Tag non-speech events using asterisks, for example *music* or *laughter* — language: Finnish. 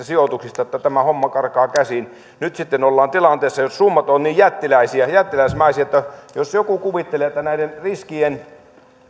*unintelligible* sijoituksista että tämä homma karkaa käsiin nyt sitten ollaan tilanteessa jossa summat ovat niin jättiläismäisiä jättiläismäisiä että jos joku kuvittelee että näiden